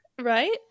Right